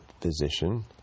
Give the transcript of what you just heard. Physician